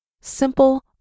simple